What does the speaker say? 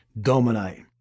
dominate